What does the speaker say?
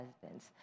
husbands